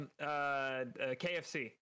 kfc